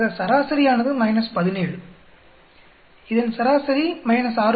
ஆக சராசரி ஆனது 17 இதன் சராசரி 6